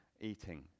eating